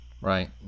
right